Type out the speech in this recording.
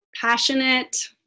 Passionate